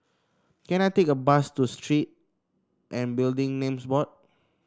can I take a bus to Street and Building Names Board